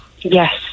Yes